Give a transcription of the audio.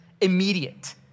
immediate